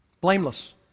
Blameless